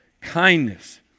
kindness